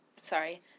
sorry